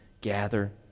gather